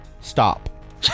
Stop